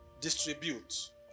distribute